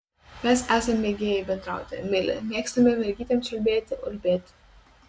mes esam mėgėjai bendrauti emili mėgstame mergytėm čiulbėti ulbėti